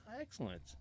Excellent